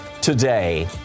today